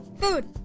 Food